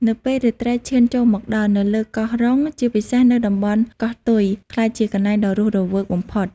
នៅពេលរាត្រីឈានចូលមកដល់ នៅលើកោះរ៉ុង ជាពិសេសនៅតំបន់ កោះទុយ ក្លាយជាកន្លែងដ៏រស់រវើកបំផុត។